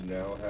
now